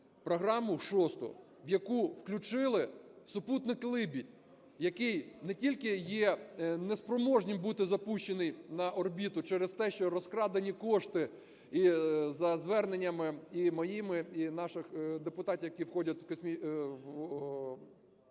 програму шосту, в яку включили супутник "Либідь", який не тільки є неспроможним бути запущений на орбіту через те, що розкрадені кошти. І за зверненнями і моїми, і наших депутатів, які входять в міжфракційне